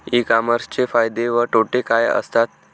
E कॉमर्सचे फायदे व तोटे काय असतात?